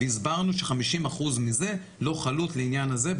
והסברנו ש-50% מזה לא חלוט לעניין הזה.